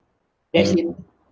that's it